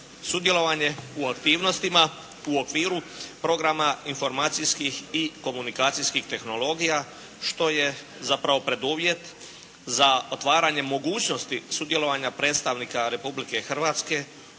sudjelovanje u aktivnostima u Okviru programa informacijskih i komunikacijskih tehnologija, što je zapravo preduvjet za otvaranje mogućnosti sudjelovanja predstavnika Republike Hrvatske